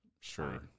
Sure